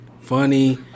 funny